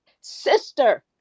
sister